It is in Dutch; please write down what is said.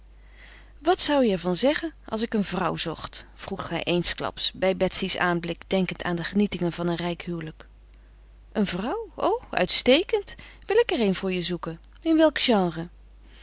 wat zou je er van zeggen als ik een vrouw zocht vroeg hij eensklaps bij betsy's aanblik denkend aan de genietingen van een rijk huwelijk een vrouw o uitstekend wil ik er een voor je zoeken in welk genre